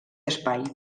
espai